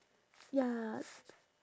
ya